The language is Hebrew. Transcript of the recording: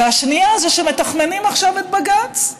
והשנייה זה שמתחמנים עכשיו את בג"ץ.